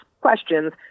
questions